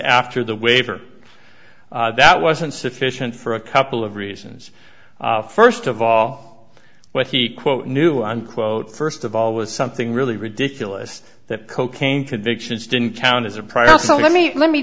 after the waiver that wasn't sufficient for a couple of reasons first of all when he quote knew unquote first of all with something really ridiculous that cocaine convictions didn't count as a prior so let me let me